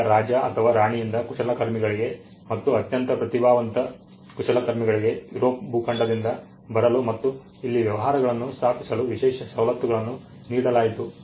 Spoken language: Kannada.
ಈಗ ರಾಜ ಅಥವಾ ರಾಣಿಯಿಂದ ಕುಶಲಕರ್ಮಿಗಳಿಗೆ ಮತ್ತು ಅತ್ಯಂತ ಪ್ರತಿಭಾವಂತ ಕುಶಲಕರ್ಮಿಗಳಿಗೆ ಯುರೋಪ್ ಭೂಖಂಡದದಿಂದ ಬರಲು ಮತ್ತು ಇಲ್ಲಿ ವ್ಯವಹಾರಗಳನ್ನು ಸ್ಥಾಪಿಸಲು ವಿಶೇಷ ಸವಲತ್ತುಗಳನ್ನು ನೀಡಲಾಯಿತು